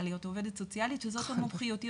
להיות עובדת סוציאלית שזאת המומחיות שלה.